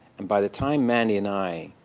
and by the time mandy and i